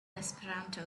esperanto